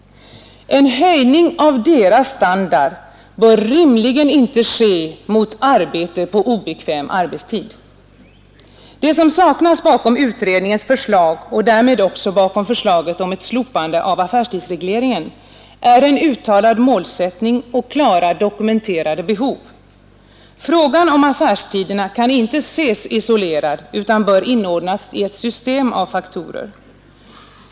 En höjning av deras standard bör rimligen inte ske mot arbete på obekväm arbetstid. Det som saknas bakom utredningens förslag och därmed också bakom förslaget om ett slopande av affärstidsregleringen är en uttalad målsättning och klara, dokumenterade behov. Frågan om affärstiderna kan inte ses isolerad utan bör inordnas i ett system av faktorer.